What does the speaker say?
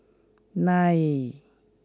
nine